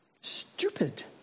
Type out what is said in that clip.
stupid